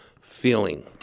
feeling